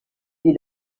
you